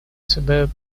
suburb